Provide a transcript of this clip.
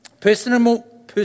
personal